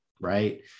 right